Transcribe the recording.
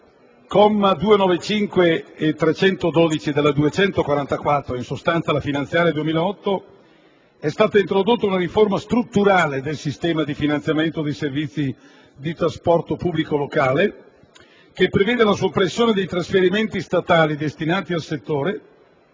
della legge n. 244 del 2007 (in sostanza la finanziaria 2008), è stata introdotta una riforma strutturale del sistema di finanziamento dei servizi di trasporto pubblico locale, che prevede la soppressione dei trasferimenti statali destinati al settore